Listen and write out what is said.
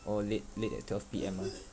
or late late like twelve P_M ah